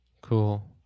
cool